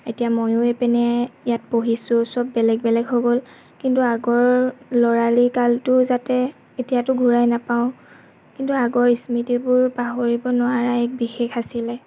এতিয়া ময়ো এইপিনে ইয়াত পঢ়িছোঁ চব বেলেগ বেলেগ হৈ গ'ল কিন্তু আগৰ ল'ৰালি কালটো যাতে এতিয়াতো ঘূৰাই নাপাওঁ কিন্তু আগৰ স্মৃতিবোৰ পাহৰিব নোৱাৰা এক বিশেষ আছিলে